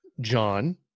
John